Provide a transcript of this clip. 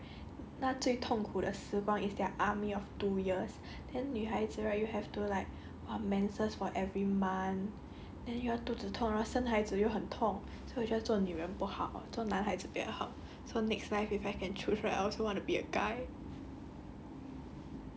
and you know right 我觉得男孩子 right 他最痛苦的时光 is their army of two years then 女孩子 right you have to like menses for every month then 又要肚子疼然后生孩子又很痛所以做女人不好做男孩子比较好 so next life if I can choose right I also want to be a guy